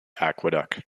aqueduct